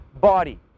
body